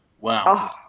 Wow